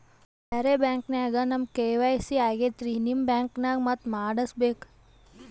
ಬ್ಯಾರೆ ಬ್ಯಾಂಕ ನ್ಯಾಗ ನಮ್ ಕೆ.ವೈ.ಸಿ ಆಗೈತ್ರಿ ನಿಮ್ ಬ್ಯಾಂಕನಾಗ ಮತ್ತ ಮಾಡಸ್ ಬೇಕ?